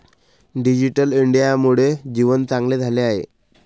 digital इंडियामुळे जीवन चांगले झाले आहे